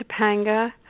Topanga